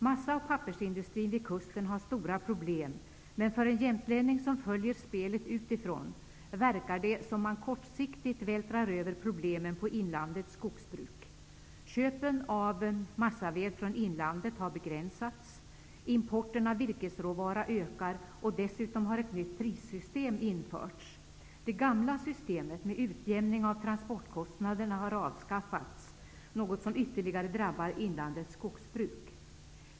Massa och pappersindustrin vid kusten har stora problem, men för en jämtlänning, som följer spelet utifrån, verkar det som om man kortsiktigt vältrar över problemen på inlandets skogsbruk. Köpen av massaved från inlandet har begränsats. Importen av virkesråvara ökar, och dessutom har ett nytt prissystem införts. Det gamla systemet med utjämning av transportkostnaderna har avskaffats, något som ytterligare drabbar inlandets skogsbruk.